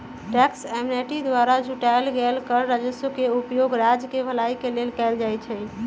tax amnesty द्वारा जुटाएल गेल कर राजस्व के उपयोग राज्य केँ भलाई के लेल कएल जाइ छइ